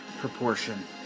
proportion